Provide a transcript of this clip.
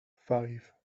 five